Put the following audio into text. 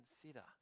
consider